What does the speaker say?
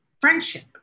friendship